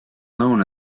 known